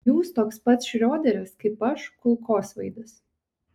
jūs toks pat šrioderis kaip aš kulkosvaidis